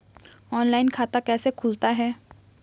Online खाता कैसे खुलता है?